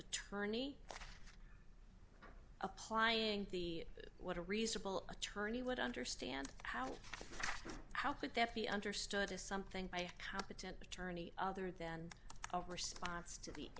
attorney applying the what a reasonable attorney would understand how how could that be understood as something by a competent attorney other than a response to the